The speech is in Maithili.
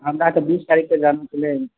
हमरा तऽ बीस तारिखके जाना छलै